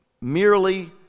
merely